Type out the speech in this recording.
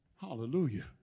Hallelujah